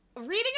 Reading